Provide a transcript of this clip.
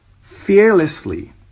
fearlessly